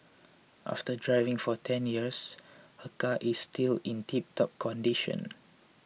after driving for ten years her car is still in tiptop condition